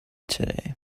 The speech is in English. today